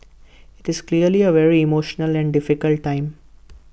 IT is clearly A very emotional and difficult time